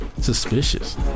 Suspicious